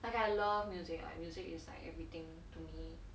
cause I love music like music is like everything to me